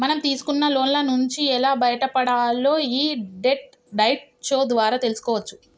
మనం తీసుకున్న లోన్ల నుంచి ఎలా బయటపడాలో యీ డెట్ డైట్ షో ద్వారా తెల్సుకోవచ్చు